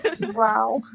Wow